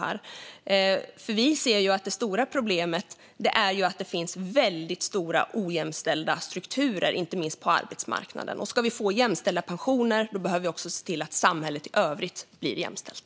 Vi ser nämligen att det stora problemet är att det finns mycket ojämställda strukturer, inte minst på arbetsmarknaden. Ska vi få jämställda pensioner behöver vi också se till att samhället i övrigt blir jämställt.